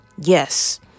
Yes